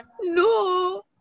No